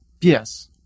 Yes